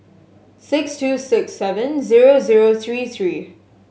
six two six seven zero zero three three